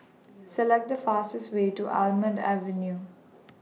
Select The fastest Way to Almond Avenue